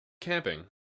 camping